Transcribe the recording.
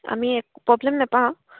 আমি এক প্ৰব্লেম নেপাওঁ